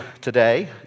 today